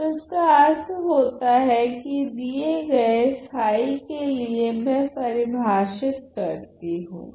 तो इसका अर्थ होता है कि दिये गए के लिए मैं परिभाषित करती हूँ